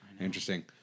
Interesting